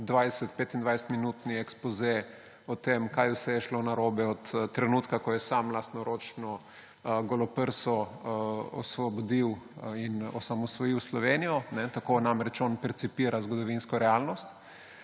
25 minutni ekspoze o tem, kaj vse je šlo narobe od trenutka, ko je sam lastnoročno, goloprso osvobodil in osamosvojil Slovenijo, tako namreč on percipira zgodovinsko realnost,